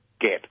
get